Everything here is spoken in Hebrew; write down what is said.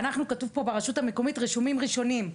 כתוב פה 'ברשות מקומית', אנחנו רשומים ראשונים.